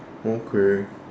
okay